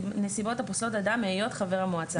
הנסיבות הפוסלות אדם מהיות חבר המועצה".